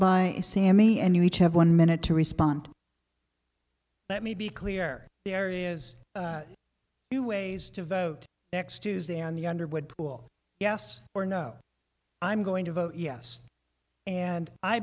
you sammy and you each have one minute to respond let me be clear the areas you ways to vote next tuesday on the underwood pool yes or no i'm going to vote yes and i